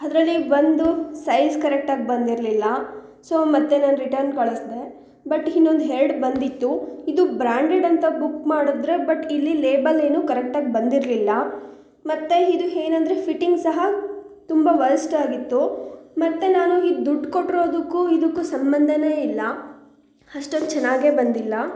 ಅದ್ರಲ್ಲಿ ಒಂದು ಸೈಜ್ ಕರೆಕ್ಟಾಗಿ ಬಂದಿರಲಿಲ್ಲ ಸೊ ಮತ್ತೆ ನಾನು ರಿಟರ್ನ್ ಕಳ್ಸಿದೆ ಬಟ್ ಇನ್ನೊಂದ್ ಎರಡು ಬಂದಿತ್ತು ಇದು ಬ್ರಾಂಡೆಡ್ ಅಂತ ಬುಕ್ ಮಾಡಿದ್ರೆ ಬಟ್ ಇಲ್ಲಿ ಲೇಬಲ್ಲೇನು ಕರೆಕ್ಟಾಗಿ ಬಂದಿರಲಿಲ್ಲ ಮತ್ತು ಇದು ಏನಂದ್ರೆ ಫಿಟ್ಟಿಂಗ್ ಸಹ ತುಂಬ ವರ್ಸ್ಟಾಗಿತ್ತು ಮತ್ತು ನಾನು ಈ ದುಡ್ಡು ಕೊಟ್ಟಿರೋದುಕ್ಕೂ ಇದಕ್ಕೂ ಸಂಬಂಧವೇ ಇಲ್ಲ ಅಷ್ಟೊಂದ್ ಚೆನ್ನಾಗೇ ಬಂದಿಲ್ಲ